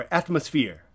atmosphere